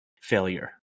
failure